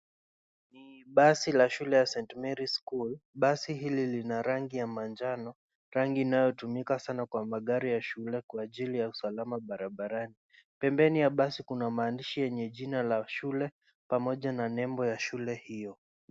Basi la shule ya ST. Mary's school. Basi hili lina rangi ya manjano. Rangi inayotumika sana kwa magari ya shule kwa ajili ya usalama barabarani, pembeni ya basi kuna maandishi enye jina la shule pamoja na nembo ya shule hiyo.